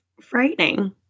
frightening